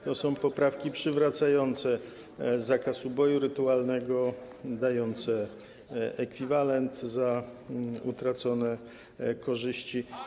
To są poprawki przywracające zakaz uboju rytualnego i dające ekwiwalent za utracone korzyści.